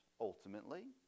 ultimately